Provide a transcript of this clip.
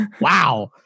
wow